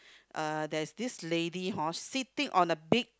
uh there's this lady hor sitting on a big